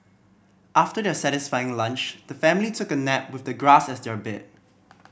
after their satisfying lunch the family took a nap with the grass as their bed